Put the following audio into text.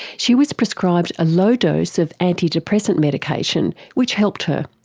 she was prescribed a low dose of anti-depressant medication which helped her,